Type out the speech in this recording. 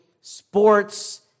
sports